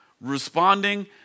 Responding